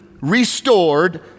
restored